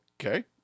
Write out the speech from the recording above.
Okay